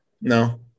No